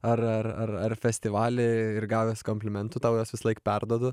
ar ar ar ar festivaly ir gavęs komplimentų tau juos visąlaik perduodu